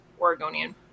Oregonian